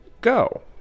go